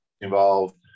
involved